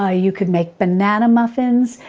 ah you could make banana muffins,